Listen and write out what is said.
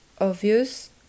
obvious